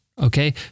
okay